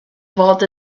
fod